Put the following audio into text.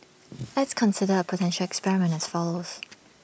let's consider A potential experiment as follows